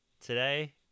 today